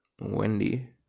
Wendy